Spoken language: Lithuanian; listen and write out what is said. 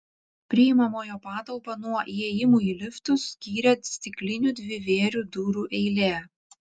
priimamojo patalpą nuo įėjimų į liftus skyrė stiklinių dvivėrių durų eilė